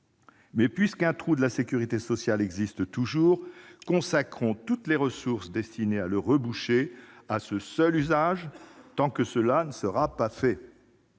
Mais puisque le trou de la sécurité sociale existe toujours, consacrons toutes les ressources destinées à le reboucher à ce seul usage tant que cela ne sera pas fait !